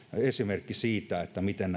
esimerkki siitä miten